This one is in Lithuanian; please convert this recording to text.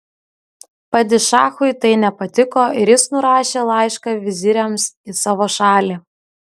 padišachui tai nepatiko ir jis nurašė laišką viziriams į savo šalį